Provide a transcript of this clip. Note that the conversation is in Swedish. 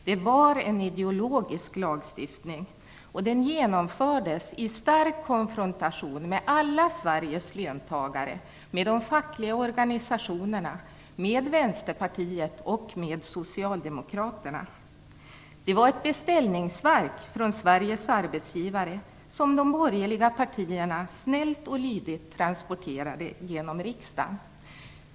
Det var en ideologisk lagstiftning, och den genomfördes i stark konfrontation med alla Sveriges löntagare, med de fackliga organisationerna, med Vänsterpartiet och med Socialdemokraterna. Det var ett beställningsverk från Sveriges arbetsgivare som de borgerliga partierna snällt och lydigt transporterade genom riksdagen.